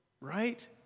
Right